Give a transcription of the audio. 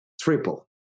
triple